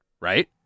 right